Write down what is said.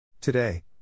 Today